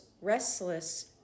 restless